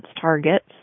targets